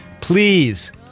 please